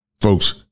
Folks